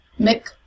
Mick